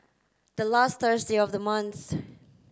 the last of the month